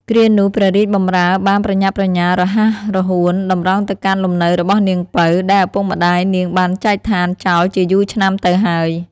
គ្រានោះ ព្រះរាជបម្រើបានប្រញាប់ប្រញាល់រហ័សរហួន តម្រង់ទៅកាន់លំនៅរបស់នាង ពៅ ដែលឪពុកម្ដាយនាងបានចែកឋានចោលជាយូរឆ្នាំទៅហើយ ។